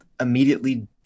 immediately